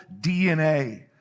DNA